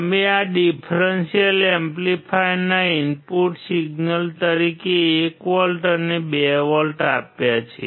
તમે આ ડીફ્રેન્શિઅલ એમ્પ્લીફાયરના ઇનપુટ સિગ્નલ તરીકે 1 વોલ્ટ અને 2 વોલ્ટ આપ્યા છે